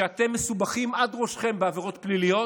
שאתם מסובכים עד ראשכם בעבירות פליליות,